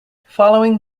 following